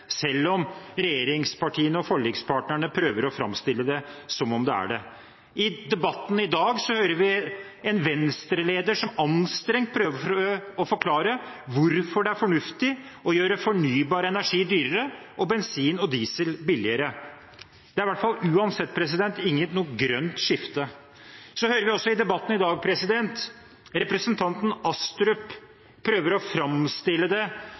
selv om regjeringspartiene og forlikspartnerne prøver å framstille det som om det er det. I debatten i dag hører vi en Venstre-leder som anstrengt prøver å forklare hvorfor det er fornuftig å gjøre fornybar energi dyrere og bensin og diesel billigere. Det er i hvert fall uansett ikke noe grønt skifte. Så hører vi også i debatten i dag representanten Astrup prøve å framstille det